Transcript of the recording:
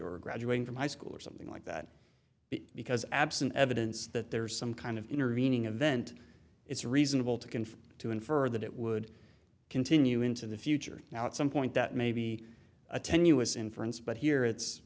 or graduating from high school or something like that because absent evidence that there is some kind of intervening event it's reasonable to conform to infer that it would continue into the future now at some point that may be a tenuous inference but here it's